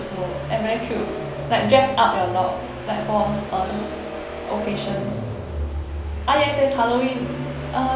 and very cute like dress up your dog like for certain occasions ah yes yes halloween uh